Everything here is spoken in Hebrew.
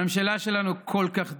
הממשלה שלנו כל כך דואגת,